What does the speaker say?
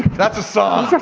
that's a song.